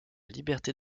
liberté